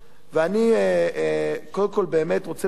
אני קודם כול רוצה לחזק